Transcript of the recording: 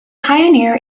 pioneer